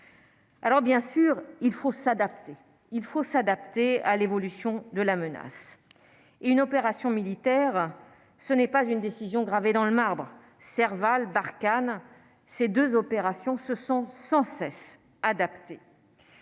Alors bien sûr, il faut s'adapter, il faut s'adapter à l'évolution de la menace et une opération militaire, ce n'est pas une décision gravé dans le marbre Serval Barkhane ces 2 opérations se sont sans cesse adapter